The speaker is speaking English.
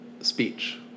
speech